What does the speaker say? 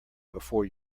before